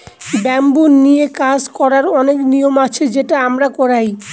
bamboo নিয়ে কাজ করার অনেক নিয়ম আছে সেটা আমরা করায়